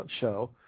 show